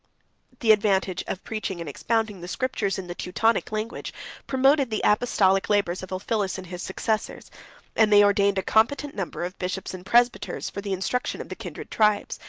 the advantage of preaching and expounding the scriptures in the teutonic language promoted the apostolic labors of ulphilas and his successors and they ordained a competent number of bishops and presbyters for the instruction of the kindred tribes.